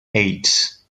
eight